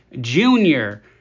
junior